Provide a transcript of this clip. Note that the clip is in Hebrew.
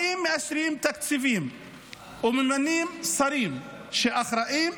באים, מאשרים תקציבים וממנים שרים שאחראים,